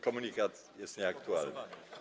Komunikat jest nieaktualny.